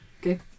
Okay